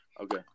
Okay